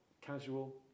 casual